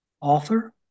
author